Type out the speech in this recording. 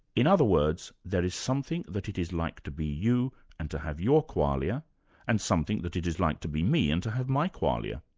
in other words there is something that it is like to be you and to have your qualia and something that it is like to be me and to have my qualia.